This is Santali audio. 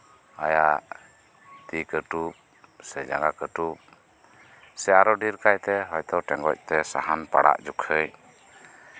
ᱟᱭᱟᱜ ᱛᱤ ᱠᱟᱹᱴᱩᱵ ᱥᱮ ᱡᱟᱸᱜᱟ ᱠᱟᱹᱴᱩᱵ ᱥᱮ ᱟᱨᱚ ᱰᱷᱮᱹᱨ ᱠᱟᱭᱛᱮ ᱦᱚᱭᱛᱚ ᱴᱮᱸᱜᱚᱡ ᱛᱮ ᱥᱟᱦᱟᱱ ᱯᱟᱲᱟᱜ ᱡᱚᱠᱷᱚᱡ